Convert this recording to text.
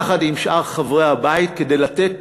אני אעזור לך, יחד עם שאר חברי הבית, כדי לתת